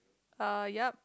uh yup